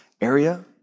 area